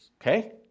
okay